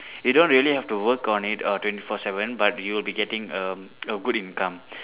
you don't really have to work on it err twenty four seven but you will be getting um a good income